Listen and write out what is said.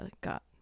got